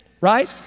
right